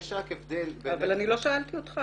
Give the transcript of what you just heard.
יש רק הבדל --- אני לא שאלתי אותך,